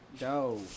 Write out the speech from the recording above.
No